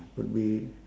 would be